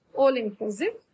all-inclusive